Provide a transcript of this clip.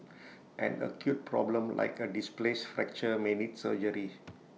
an acute problem like A displaced fracture may need surgery